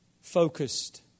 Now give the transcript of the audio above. focused